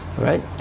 right